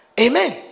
Amen